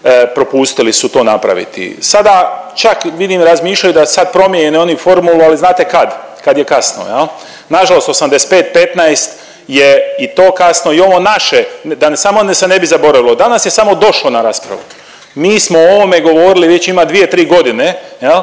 propustili su to napraviti. Sada čak vidim, razmišljaju da sad promijene oni formulu, ali znate kad? Kad je kasno, je li? Nažalost 85-15 je i to kasno i ovo naše, da samo se ne bi zaboravilo, danas je samo došlo na raspravu, mi smo o ovome govorili, već ima 2, 3 godine, je